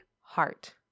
heart